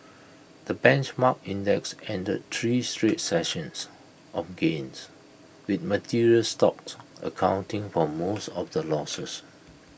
the benchmark index ended three straight sessions of gains with materials stocks accounting for most of the losses